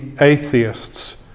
atheists